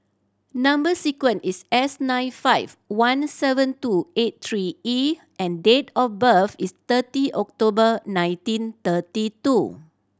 number sequence is S nine five one seven two eight three E and date of birth is thirty October nineteen thirty two